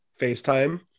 FaceTime